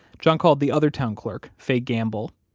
john called the other town clerk, faye gamble,